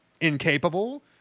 incapable